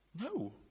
No